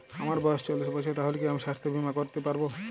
আমার বয়স চল্লিশ বছর তাহলে কি আমি সাস্থ্য বীমা করতে পারবো?